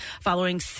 following